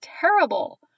terrible